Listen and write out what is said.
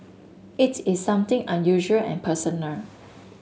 it is something unusual and personal